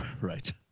Right